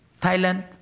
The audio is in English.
Thailand